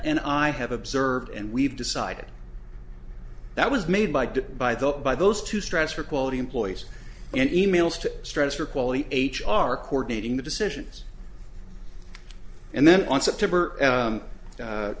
and i have observed and we've decided that was made by by the by those to stress for quality employees and e mails to stress or quality h are coordinating the decisions and then on september